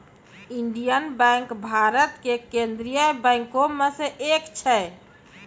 Indian bank Bharat के केन्द्रीय बैंको मे से एक छै